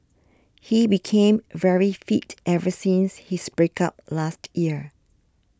he became very fit ever since his break up last year